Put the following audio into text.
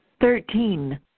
thirteen